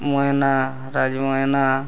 ମଇନା Raj ମଇନା